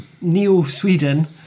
Neo-Sweden